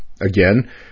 Again